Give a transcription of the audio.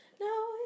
no